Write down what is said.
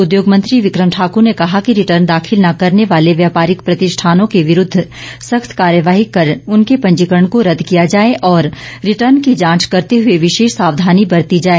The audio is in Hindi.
उद्योग मंत्री विक्रम ठाकुर ने कहा कि रिटर्न दाखिल न करने वाले व्यापारिक प्रतिष्ठानों के विरूद्ध सख्त कार्यवाही कर उनके पंजीकरण को रद्द किया जाए और रिटर्न की जांच करते हुए विशेष सावधानी बरती जाए